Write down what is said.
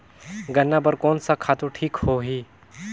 गन्ना बार कोन सा खातु ठीक होही?